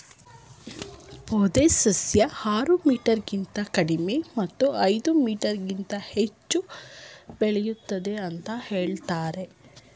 ಪೊದೆ ಸಸ್ಯ ಆರು ಮೀಟರ್ಗಿಂತ ಕಡಿಮೆ ಮತ್ತು ಐದು ಮೀಟರ್ಗಿಂತ ಹೆಚ್ಚು ಬೆಳಿತದೆ ಅಂತ ಹೇಳ್ತರೆ